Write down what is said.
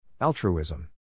Altruism